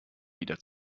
wieder